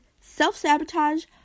self-sabotage